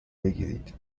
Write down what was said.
بگیرید